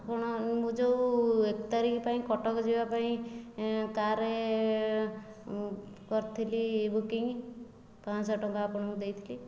ଆପଣ ମୁଁ ଯେଉଁ ଏକ ତାରିଖ ପାଇଁ କଟକ ଯିବାପାଇଁ କାର୍ କରିଥିଲି ବୁକିଂ ପାଞ୍ଚଶହ ଟଙ୍କା ଆପଣଙ୍କୁ ଦେଇଥିଲି